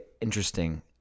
interesting